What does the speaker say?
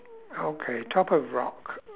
okay top of rock